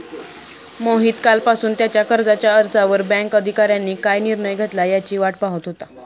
मोहित कालपासून त्याच्या कर्जाच्या अर्जावर बँक अधिकाऱ्यांनी काय निर्णय घेतला याची वाट पाहत होता